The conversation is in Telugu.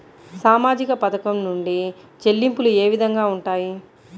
సామాజిక పథకం నుండి చెల్లింపులు ఏ విధంగా ఉంటాయి?